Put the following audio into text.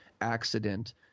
accident